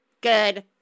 good